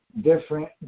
different